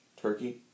Turkey